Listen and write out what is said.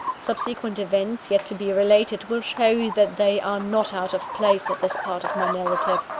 subsequent events, yet to be related, will show that they are not out of place at this part of my narrative.